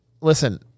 Listen